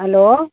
hello